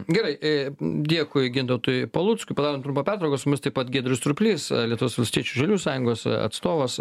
gerai dėkui gintautui paluckui padarom trumpą pertrauką su jumis taip pat giedrius surplys lietuvos valstiečių ir žaliųjų sąjungos atstovas